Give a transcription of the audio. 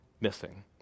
missing